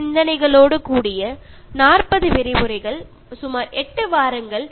ഞാൻ നിങ്ങളോട് നന്ദി പറഞ്ഞു കൊണ്ട് വിട പറയുകയാണ്